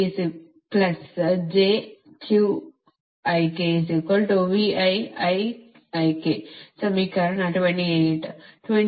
ಈಗ ಈ ಸಮೀಕರಣ 28